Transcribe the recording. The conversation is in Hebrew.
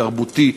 תרבותי,